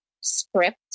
script